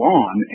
on